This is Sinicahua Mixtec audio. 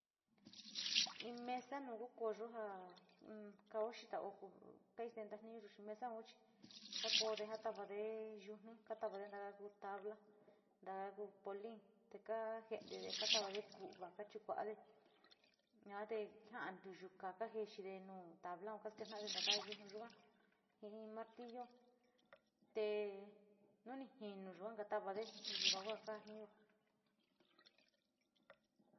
In mesa nu ku kooyo ja in kao xita o kaistenta ni yu mesao chi ja koode ja tavade yutnu, katavade taka ja ku tabla tavade ja ku polin te ka je´entede, to kalavade kuuva chikuade yua te ja´a a ntuyu káá keexide nu tablaun kas keta´ade taka yutnu yuka jii martillo tee nuni jiinu yua katavade yaga ka ni jatiun.